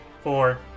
Four